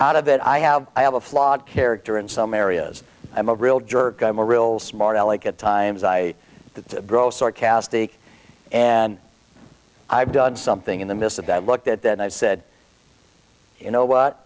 out of it i have i have a flawed character in some areas i'm a real jerk i'm a real smart alec at times i to grow sarcastic and i've done something in the midst of that i looked at that and i said you know what